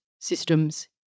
systems